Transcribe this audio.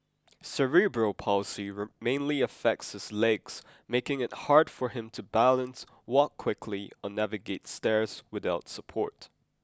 cerebral palsy mainly affects his legs making it hard for him to balance walk quickly or navigate stairs without support